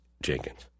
Jenkins